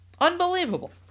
Unbelievable